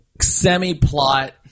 semi-plot